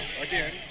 again